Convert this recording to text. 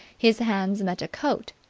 his hands met a coat,